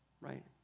Right